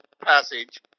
passage